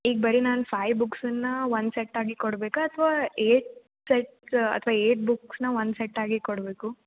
ಈಗ ಬರೀ ನಾನು ಫೈಯ್ ಬುಕ್ಸುನ್ನು ಒನ್ ಸೆಟ್ಟಾಗಿ ಕೊಡಬೇಕ ಅಥವಾ ಏಟ್ ಸೆಟ್ಸ್ ಅಥವಾ ಏಟ್ ಬುಕ್ಸ್ನ ಒನ್ ಸೆಟ್ಟಾಗಿ ಕೊಡಬೇಕು